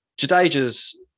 Jadeja's